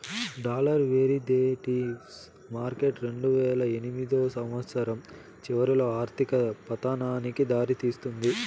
dollar derivatives market రెండువేల ఎనిమిదో సంవచ్చరం చివరిలో ఆర్థిక పతనానికి దారి తీసింది